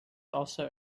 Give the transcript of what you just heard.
also